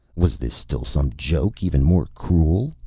was this still some joke even more cruel?